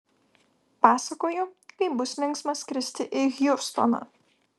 pasakoju kaip bus linksma skristi į hjustoną